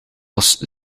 was